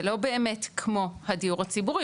זה לא באמת כמו הדיור הציבורי,